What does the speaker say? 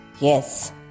yes